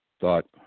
thought